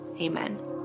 amen